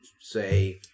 say